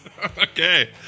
Okay